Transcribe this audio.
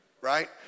right